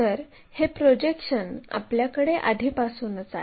तर हे प्रोजेक्शन आपल्याकडे आधीपासून आहे